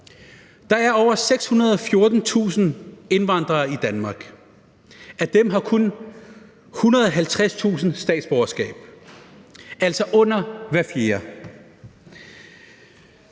Der er over 614.000 indvandrere i Danmark. Af dem har kun 150.000 statsborgerskab, altså under hver fjerde.